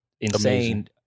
insane